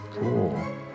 Cool